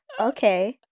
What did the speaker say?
Okay